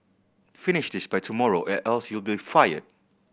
finish this by tomorrow or else you'll be fired